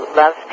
love